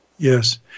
Yes